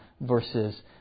versus